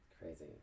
crazy